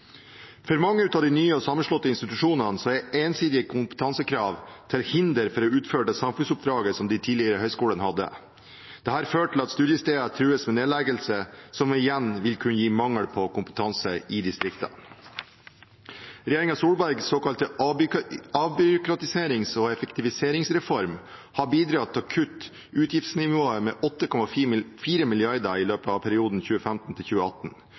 For mange av de nye og sammenslåtte institusjonene er ensidige kompetansekrav til hinder for å utføre det samfunnsoppdraget som de tidligere høyskolene hadde. Det har ført til at studiesteder trues med nedleggelse, som igjen vil kunne gi mangel på kompetanse i distriktene. Regjeringen Solbergs såkalte avbyråkratiserings- og effektiviseringsreform har bidratt til å kutte utgiftsnivået med 8,4 mrd. i løpet av perioden 2015–2018. For 2018